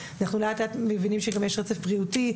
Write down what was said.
אנחנו לאט לאט מבינים שגם יש רצף בריאותי,